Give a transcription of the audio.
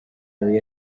very